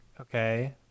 Okay